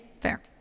fair